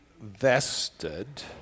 vested